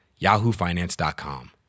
yahoofinance.com